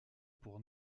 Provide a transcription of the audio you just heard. pour